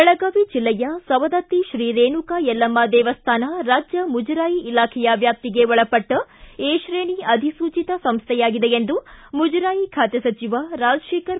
ಬೆಳಗಾವಿ ಜಿಲ್ಲೆಯ ಸವದತ್ತಿ ಶ್ರೀ ರೇಣುಕಾ ಯಲ್ಲಮ್ಮ ದೇಮ್ಯಾನ ರಾಜ್ಯ ಮುಜರಾಯಿ ಇಲಾಖೆಯ ವ್ಯಾಪ್ತಿಗೆ ಒಳಪಟ್ಟ ಎ ಕ್ರೇಣಿ ಅಧಿಸೂಚಿತ ಸಂಸ್ಥೆಯಾಗಿದೆ ಎಂದು ಮುಜರಾಯಿ ಖಾತೆ ಸಚಿವ ರಾಜಶೇಖರ್ ಬಿ